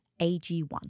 AG1